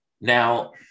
Now